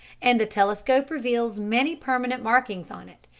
and the telescope reveals many permanent markings on it,